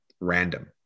random